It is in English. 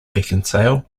beckinsale